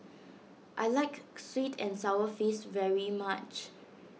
I like Sweet and Sour Fish very much